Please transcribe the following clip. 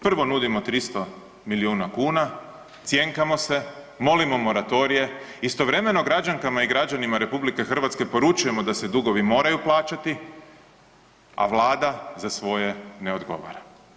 Prvo nudimo 300 milijuna kuna, cjenkamo se, molimo moratorije, istovremeno građankama i građanima RH poručujemo da se dugovi moraju plaćati, a Vlada za svoje ne odgovara.